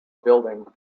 building